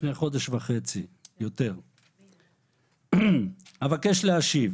לפני חודש וחצי: "אבקש להשיב